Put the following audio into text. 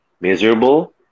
miserable